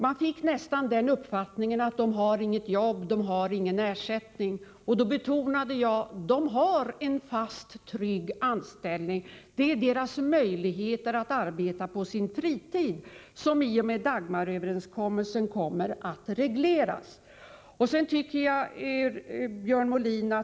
Jag fick nästan uppfattningen att de inte har något arbete, inte någon ersättning. Jag betonade då att de har en fast, trygg anställning. Det är deras möjligheter att arbeta på sin fritid som i och med Dagmaröverenskommelsen kommer att regleras.